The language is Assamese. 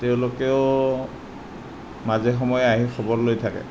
তেওঁলোকেও মাজে সময়ে আহি খবৰ লৈ থাকে